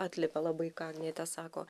atliepia labai ką agnietė sako